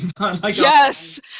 Yes